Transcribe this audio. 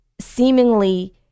seemingly